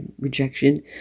rejection